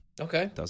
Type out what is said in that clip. Okay